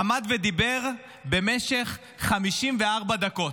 עמד ודיבר במשך 54 דקות.